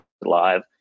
live